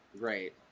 Right